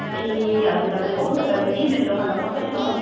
ए हजुर हजुर पाउँछ त दिदी मेरो दोकानमा सबै छ